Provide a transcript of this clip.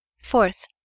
Fourth